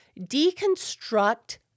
deconstruct